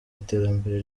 iterambere